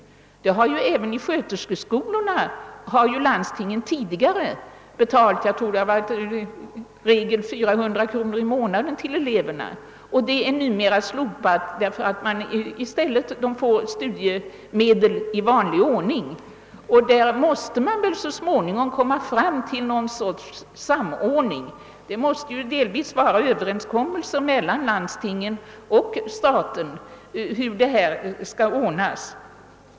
Även när det gäller sköterskeskolorna har landstingen tidigare betalat ett visst bidrag till eleverna, jag tror i regel 400 kronor i månaden. Detta system har numera slopats, sedan eleverna nu i stället får studiemedel i vanlig ordning. Det synes nödvändigt att så småningom få till stånd någon form av samordning på detta område. Överenskommelser måste träffas mellan landstingen och staten om hur dessa frågor skall ordnas.